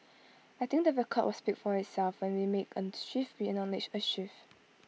I think the record will speak for itself when we make A shift we A shift